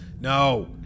No